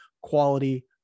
quality